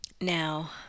Now